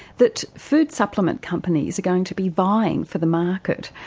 that food supplement companies are going to be vying for the market.